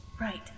Right